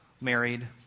married